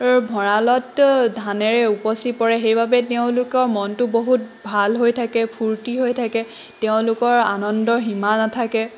ভঁৰালত ধানেৰে উপচি পৰে সেইবাবে তেওঁলোকৰ মনটো বহুত ভাল হৈ থাকে ফূৰ্তি হৈ থাকে তেওঁলোকৰ আনন্দৰ সীমা নাথাকে